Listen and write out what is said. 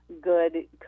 good